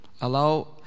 Allow